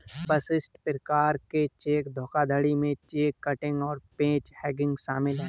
विशिष्ट प्रकार के चेक धोखाधड़ी में चेक किटिंग और पेज हैंगिंग शामिल हैं